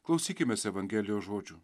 klausykimės evangelijos žodžių